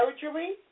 surgery